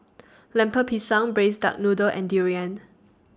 Lemper Pisang Braised Duck Noodle and Durian